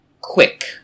quick